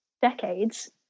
decades